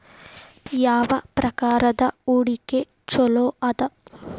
ಯಾವ ಪ್ರಕಾರದ ಹೂಡಿಕೆ ಚೊಲೋ ಅದ